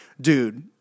dude